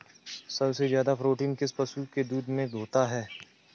सबसे ज्यादा प्रोटीन किस पशु के दूध में होता है?